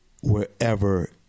wherever